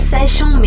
Session